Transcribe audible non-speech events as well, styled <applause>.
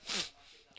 <noise>